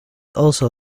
also